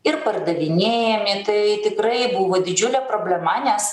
ir pardavinėjami tai tikrai buvo didžiulė problema nes